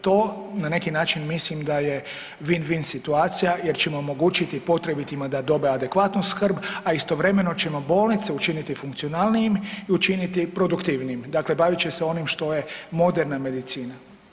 To na neki način mislim da je win-win situacija jer ćemo omogućiti potrebitima da dobe adekvatnu skrb, a istovremeno ćemo bolnice učiniti funkcionalnijim i učiniti produktivnijim, dakle bavit će se s onim što je moderne medicina.